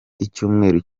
icyumweru